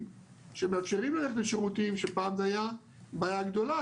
שמאפשרים ללכת לשירותים שפעם זה היה בעיה גדולה,